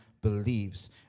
believes